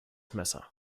messer